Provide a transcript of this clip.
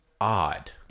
odd